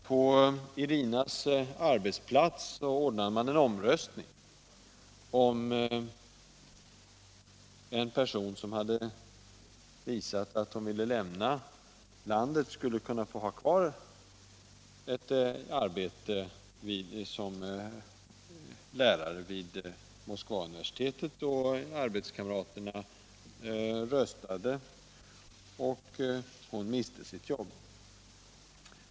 På Irinas arbetsplats ordnades en omröstning om huruvida en person som hade visat att hon ville lämna landet skulle kunna få ha kvar ett arbete som lärare vid Moskvauniversitet. Arbetskamraterna röstade, och hon miste sitt jobb.